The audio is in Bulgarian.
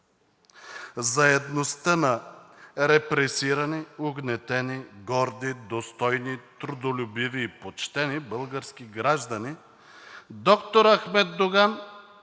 заедността на репресирани, угнетени, горди, достойни, трудолюбиви и почтени български граждани, доктор Ахмед Доган